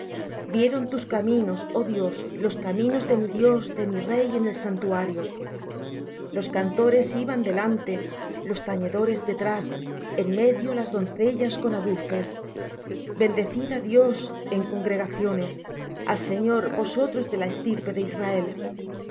vieron tus caminos oh dios los caminos de mi dios de mi rey en el santuario los cantores iban delante los tañedores detrás en medio las doncellas con adufes bendecid á dios en congregaciones al señor vosotros de la estirpe de israel allí